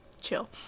chill